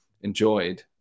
enjoyed